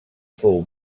fou